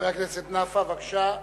חבר הכנסת נפאע, בבקשה.